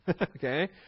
Okay